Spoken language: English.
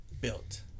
Built